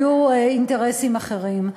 היו אינטרסים אחרים.